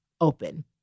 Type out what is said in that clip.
open